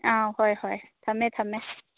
ꯑꯥ ꯍꯣꯏ ꯍꯣꯏ ꯊꯝꯃꯦ ꯊꯝꯃꯦ